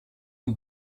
you